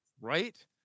Right